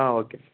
okay